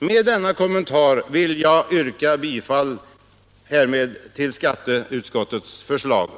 Med denna kommentar vill jag yrka bifall till skatteutskottets förslag.